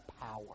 power